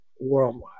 worldwide